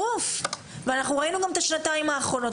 ראינו את השנתיים האחרונות,